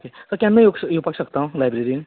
okay so केन्ना येवंक येवपाक शकतां हांव लायब्ररींत